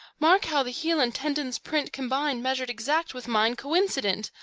mark, how the heel and tendons' print combine, measured exact, with mine coincident!